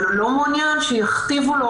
אבל הוא לא מעוניין שיכתיבו לו: